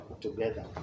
together